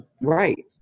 right